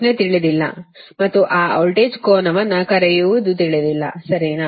ಪ್ರಶ್ನೆ ತಿಳಿದಿಲ್ಲ ಮತ್ತು ಆ ವೋಲ್ಟೇಜ್ ಕೋನವನ್ನು ಕರೆಯುವುದು ತಿಳಿದಿಲ್ಲ ಸರಿನಾ